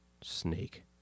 snake